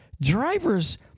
drivers